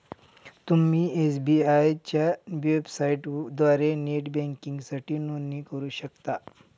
तुम्ही एस.बी.आय च्या वेबसाइटद्वारे नेट बँकिंगसाठी नोंदणी करू शकता